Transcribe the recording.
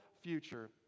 future